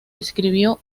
escribió